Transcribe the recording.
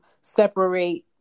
separate